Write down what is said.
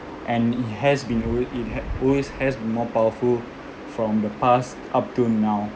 and it has been alwa~ it had always has been more powerful from the past up till now